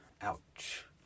Ouch